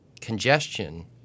congestion